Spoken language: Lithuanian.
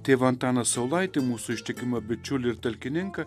tėvą antaną saulaitį mūsų ištikimą bičiulį ir talkininką